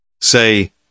Say